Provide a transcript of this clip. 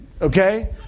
Okay